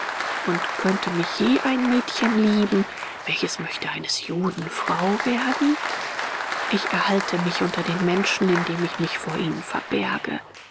und könnte mich je ein mädchen lieben welches möchte eines juden frau werden ich erhalte mich unter den menschen indem ich mich vor ihnen verberge